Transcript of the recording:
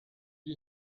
you